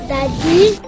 Daddy